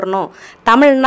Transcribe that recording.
Tamil